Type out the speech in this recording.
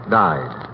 died